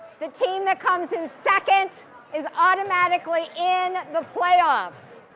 the team that comes in second is automatically in the playoffs.